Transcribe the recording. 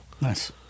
Nice